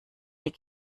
die